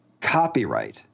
copyright